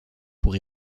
pour